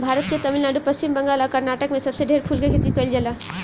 भारत के तमिलनाडु, पश्चिम बंगाल आ कर्नाटक में सबसे ढेर फूल के खेती कईल जाला